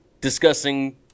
discussing